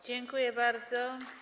Dziękuję bardzo.